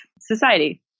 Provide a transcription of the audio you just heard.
society